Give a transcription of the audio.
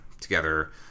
together